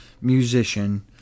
musician